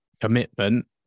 commitment